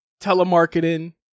telemarketing